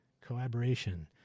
collaboration